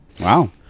Wow